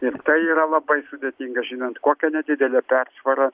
ir tai yra labai sudėtinga žinant kokią nedidelę persvarą